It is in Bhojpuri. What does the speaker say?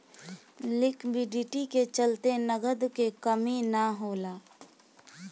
लिक्विडिटी के चलते नगद के कमी ना होला